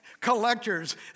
collectors